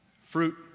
Fruit